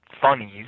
funnies